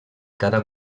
cada